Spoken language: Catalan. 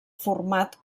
format